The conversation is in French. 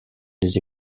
des